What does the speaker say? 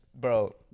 bro